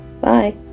Bye